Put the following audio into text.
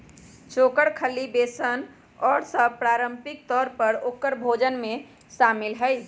चोकर, खल्ली, बेसन और सब पारम्परिक तौर पर औकर भोजन में शामिल हई